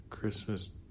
Christmas